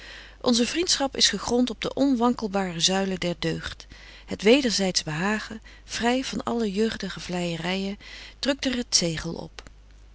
onze vriendschap is gegront op de onwankelbare zuilen der deugd het wederzyds behagen vry van alle jeugdige vleijeryen drukt er het zegel op